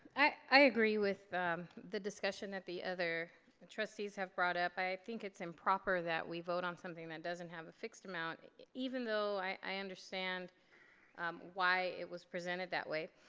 i agree with the discussion that the other and trustees have brought up. i think it's improper that we vote on something that doesn't have a fixed amount even though i understand why it was presented that way.